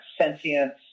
sentience